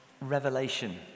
revelation